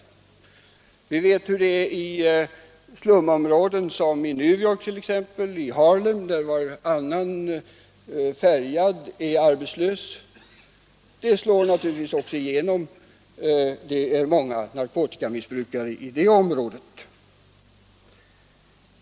Ja, vi vet hur det är i t.ex. New Yorks slumområden, där varannan färgad i Harlem är arbetslös. Sådant slår naturligtvis igenom i narkotikamissbruk, och man har också många narkotikamissbrukare i det området.